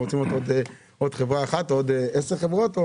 רוצים לראות עוד חברה אחת או עוד עשר חברות.